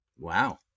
wow